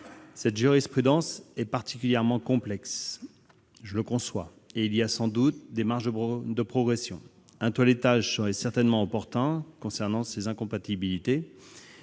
Cette jurisprudence est particulièrement complexe, je le conçois, et il y a sans doute des marges de progression. Un toilettage serait certainement opportun concernant ces incompatibilités